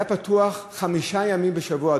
היה פתוח חמישה ימים בשבוע,